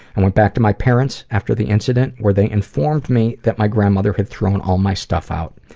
and went back to my parents' after the incident, where they informed me that my grandmother had thrown all my stuff out.